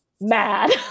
mad